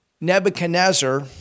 Nebuchadnezzar